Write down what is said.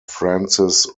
frances